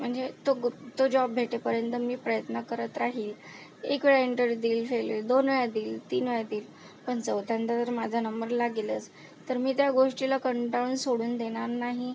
म्हणजे तो जॉब भेटेपर्यंत मी प्रयत्न करत राहीन एक वेळा इंटरव्ह्यू देईन फेल होईल दोन वेळा देईन तीन वेळा देईन पण चौथ्यांदा तर माझा नंबर लागेलच तर मी त्या गोष्टीला कंटाळून सोडून देणार नाही